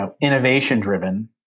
innovation-driven